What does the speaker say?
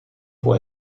può